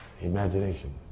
imagination